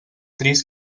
trist